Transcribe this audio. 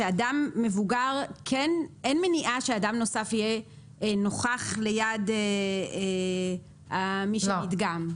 שאדם מבוגר אין מניעה שאדם נוסף יהיה נוכח ליד מי שנדגם.